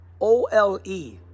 O-L-E